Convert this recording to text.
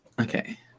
Okay